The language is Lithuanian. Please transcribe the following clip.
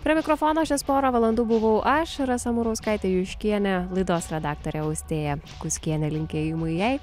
prie mikrofono šias porą valandų buvau aš rasa murauskaitė juškienė laidos redaktorė austėja kuskienė linkėjimai jai